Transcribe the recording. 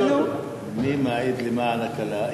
מי מעיד למען הכלה?